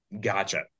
Gotcha